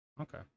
Okay